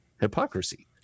hypocrisy